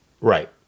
Right